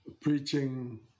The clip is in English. preaching